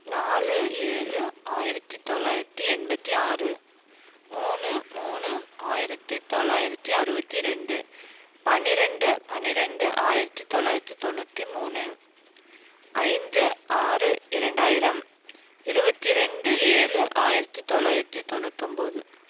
நாலு ஏழு ஆயிரத்தி தொள்ளாயிரத்தி எண்பத்தி ஆறு மூணு மூணு ஆயிரத்தி தொள்ளாயிரத்தி அறுபத்தி ரெண்டு பன்னிரெண்டு பன்னிரெண்டு ஆயிரத்தி தொள்ளாயிரத்தி தொண்ணூற்றி மூணு ஐந்து ஆறு இரண்டாயிரம் இருபத்தி ரெண்டு ஏழு ஆயிரத்தி தொள்ளாயிரத்தி தொண்ணூத்தொம்போது